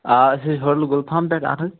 آ أسۍ حظ ہوٹَل گُلفام پیٚٹھ اَہَن حظ